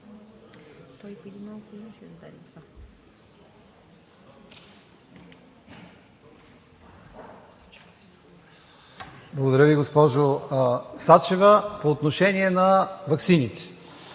Благодаря Ви, госпожо Сачева. По отношение на ваксините,